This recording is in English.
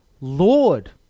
Lord